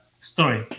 story